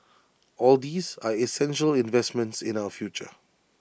all these are essential investments in our future